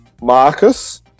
Marcus